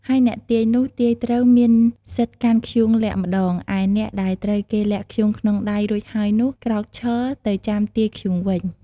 ហើយអ្នកទាយនោះ ទាយត្រូវមានសិទ្ធិកាន់ធ្យូងលាក់ម្តង ឯអ្នកដែលត្រូវគេលាក់ធ្យូងក្នុងដៃរួចហើយនោះ ក្រោកឈរទៅចាំទាយធ្យូងវិញ។